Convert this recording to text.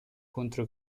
contro